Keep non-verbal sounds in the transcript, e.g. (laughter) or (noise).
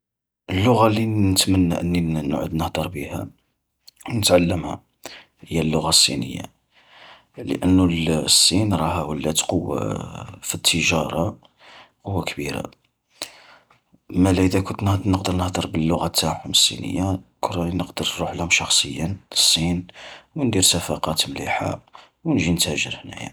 اللغة التي ن-نتمنى أني نعود نهدر بيها (noise) ونتعلمها هي اللغة الصينية. لأنو الصين راها ولات قوة في التجارة قوة كبيرة. مالا إذا كنت نه-نقدر نهدر باللغة نتاعهم الصينية، كون راني نقدر نروحلهم شخصيا للصين، وندير صفقات مليحة، ونجي نتاجر هنايا.